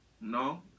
no